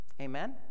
Amen